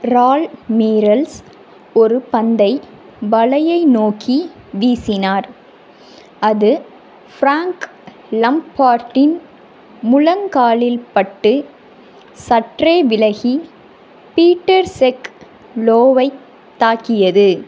ரால் மீரல்ஸ் ஒரு பந்தை வலையை நோக்கி வீசினார் அது ஃப்ராங்க் லம்பார்ட்டின் முலங்காலில் பட்டு சற்றே விலகி பீட்டர் செக் லோவைத் தாக்கியது